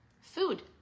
Food